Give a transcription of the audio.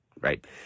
right